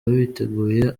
biteguye